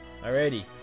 Alrighty